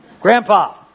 grandpa